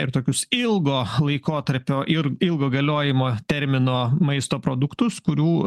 ir tokius ilgo laikotarpio ir ilgo galiojimo termino maisto produktus kurių